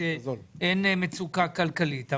שאין מצוקה כלכלית,